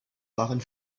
waren